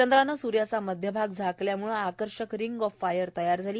चंद्रानं सूर्याचा मध्यभाग झाकल्यामुळं आकर्षक रिंग ऑफ फायर तयार झाली